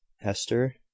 Hester